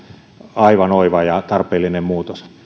aivan oiva ja tarpeellinen muutos